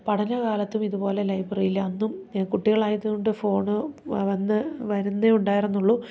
പഠനകാലത്തും ഇതു പോലെ ലൈബ്രറിയിലന്നും കുട്ടികളായതു കൊണ്ട് ഫോൺ വന്ന് വരുന്നതേ ഉണ്ടായിരുന്നുള്ളൂ